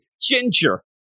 Ginger